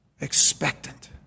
expectant